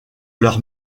leur